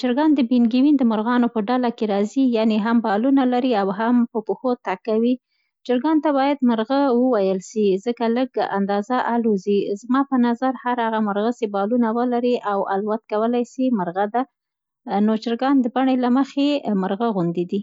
چرګان د پینګوین د مرغانو په ډله کې راځي ، یعنې هم بالونه لري او هم په پښو تګ کوي. چرګانو ته باید مرغه وویل سي، ځکه لږ اندازه الوزي. زما په نظر هر هغه مرغه سي بالونه ولري او اولوت کولای سي، مرغه ده. نو، چرګان د بڼې له مخې هم مرغه غوندې دي.